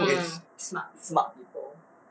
mingling with smart smart